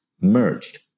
merged